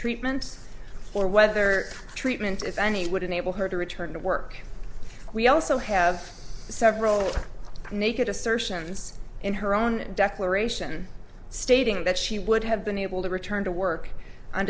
treatment or whether treatment if any would enable her to return to work we also have several naked assertions in her own declaration stay eating that she would have been able to return to work on